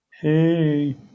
hey